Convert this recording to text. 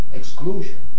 exclusion